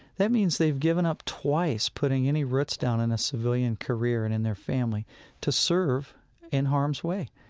that means they've given up twice putting any roots down in a civilian career and in their family to serve in harm's way.